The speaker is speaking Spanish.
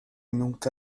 nunca